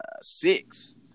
six